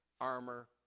armor